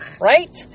right